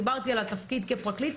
דיברתי על התפקיד כפרקליט.